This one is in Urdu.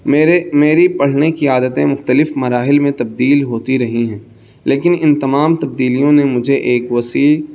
میرے میری پڑھنے کی عادتیں مختلف مراحل میں تبدیل ہوتی رہی ہیں لیکن ان تمام تبدیلیوں نے مجھے ایک وسیع